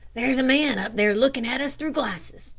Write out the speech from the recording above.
there's a man up there looking at us through glasses,